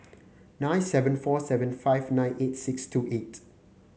nine seven four seven five nine eight six two eight